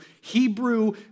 Hebrew